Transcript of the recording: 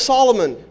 Solomon